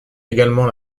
également